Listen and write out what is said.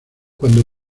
cuando